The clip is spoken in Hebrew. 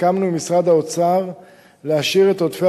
סיכמנו עם משרד האוצר להשאיר את עודפי